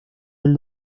del